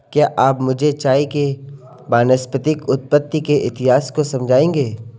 क्या आप मुझे चाय के वानस्पतिक उत्पत्ति के इतिहास को समझाएंगे?